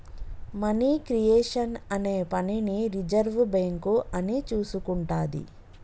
money creation అనే పనిని reserve bank అని చూసుకుంటాది